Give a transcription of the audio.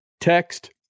text